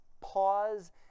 pause